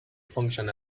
function